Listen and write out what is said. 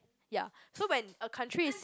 ya so when a country is